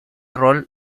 rol